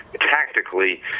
tactically